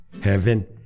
heaven